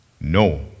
No